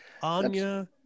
Anya